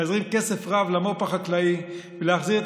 להזרים כסף רב למו"פ החקלאי ולהחזיר את